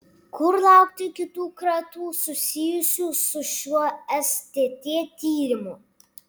kur laukti kitų kratų susijusių su šiuo stt tyrimu